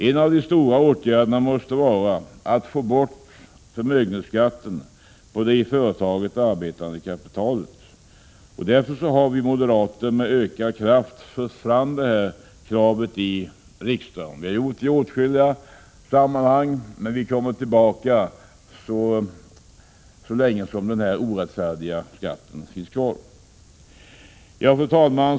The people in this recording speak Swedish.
En av de första åtgärderna måste vara att få bort förmögenhetsskatten på det i företagen arbetande kapitalet. Därför har vi moderater med ökad skärpa fört fram detta krav i riksdagen. Vi har gjort det i åtskilliga sammanhang, och vi kommer tillbaka, så länge denna orättfärdiga skatt finns kvar. z Fru talman!